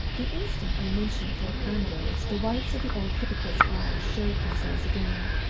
the instant i mentioned thorpe ambrose the whites of the old hypocrite's eyes showed themselves again,